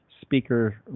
speaker